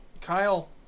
Kyle